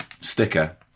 Sticker